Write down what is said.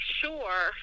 sure